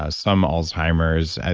ah some alzheimer's, and